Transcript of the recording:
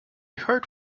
heard